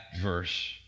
verse